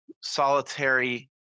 solitary